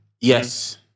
Yes